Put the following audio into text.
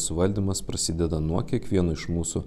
suvaldymas prasideda nuo kiekvieno iš mūsų